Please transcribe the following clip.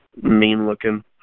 mean-looking